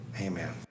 amen